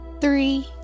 three